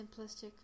simplistic